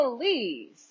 Please